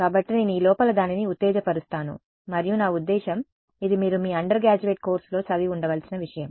కాబట్టి నేను ఈ లోపల దానిని ఉత్తేజపరుస్తాను మరియు నా ఉద్దేశ్యం ఇది మీరు మీ అండర్ గ్రాడ్యుయేట్ కోర్సులో చదివి ఉండవలసిన విషయం